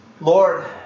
Lord